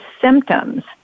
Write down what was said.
symptoms